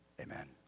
amen